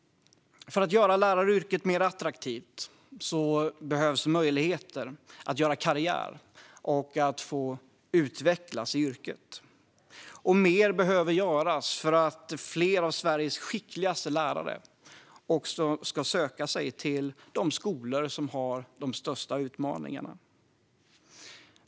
För att göra läraryrket mer attraktivt behövs möjligheter att göra karriär och att utvecklas i yrket. Mer behöver göras för att fler av Sveriges skickligaste lärare ska söka sig till de skolor som har de största utmaningarna.